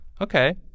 Okay